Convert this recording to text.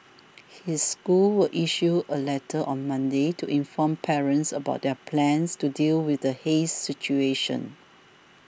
his school will issue a letter on Monday to inform parents about their plans to deal with the haze situation